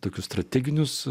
tokius strateginius